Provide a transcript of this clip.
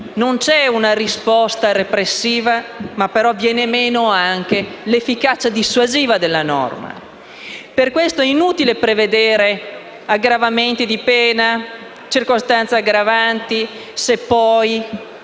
non c'è una risposta repressiva e viene poi meno anche l'efficacia dissuasiva della norma. Per questo è inutile prevedere aggravamenti di pena e circostanze aggravanti se poi